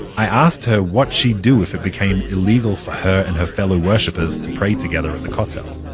i asked her what she'd do if it became illegal for her and her fellow worshipers to pray together at the kotel.